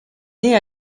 née